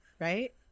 right